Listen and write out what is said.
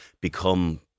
become